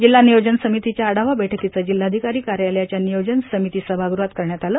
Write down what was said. जिल्हा नियोजन समितीच्या आढावा बैठकीचं जिल्हाधिकारी कार्यालयाच्या नियोजन समिती सभागृहात करण्यात आलं